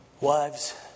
wives